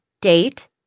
date